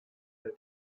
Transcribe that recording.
der